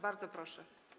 Bardzo proszę.